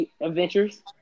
Adventures